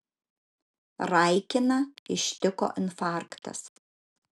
raikiną ištiko infarktas